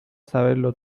saberlo